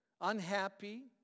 unhappy